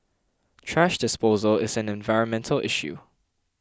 thrash disposal is an environmental issue